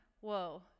whoa